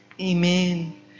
Amen